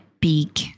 big